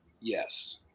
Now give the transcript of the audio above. yes